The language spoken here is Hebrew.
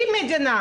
אם המדינה